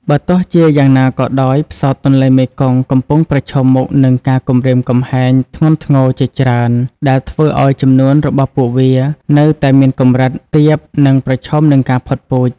បើទោះជាយ៉ាងណាក៏ដោយផ្សោតទន្លេមេគង្គកំពុងប្រឈមមុខនឹងការគំរាមកំហែងធ្ងន់ធ្ងរជាច្រើនដែលធ្វើឱ្យចំនួនរបស់ពួកវានៅតែមានកម្រិតទាប និងប្រឈមនឹងការផុតពូជ។